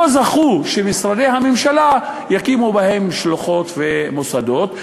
זכו שמשרדי הממשלה יקימו בהן שלוחות ומוסדות.